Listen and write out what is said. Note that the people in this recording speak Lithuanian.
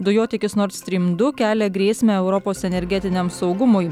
dujotiekis nord strym du kelia grėsmę europos energetiniam saugumui